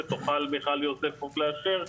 ומיכל יוספוב תוכל לאשר,